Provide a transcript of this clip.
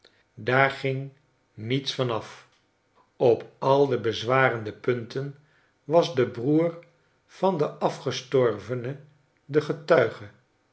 daar ging niets van af op al de bezwarende punten was de broer van den afgestorvene de getuige